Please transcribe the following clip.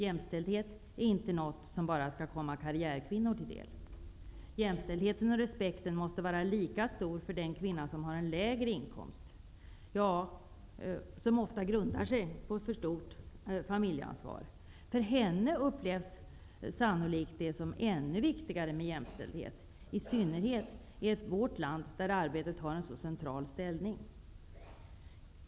Jämställdhet är inte något som bara skall komma karriärkvinnor till del. Jämställdheten och respekten måste vara lika stor för den kvinna som har en lägre inkomst, som ofta grundar sig på för stort familjeansvar. Jämställdhet upplevs sannolikt som ännu viktigare av henne, i synnerhet i vårt land där arbetet har en så central ställning.